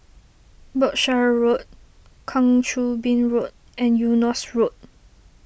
Berkshire Road Kang Choo Bin Road and Eunos Road